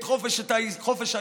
את חופש העיסוק,